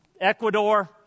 Ecuador